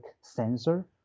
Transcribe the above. sensor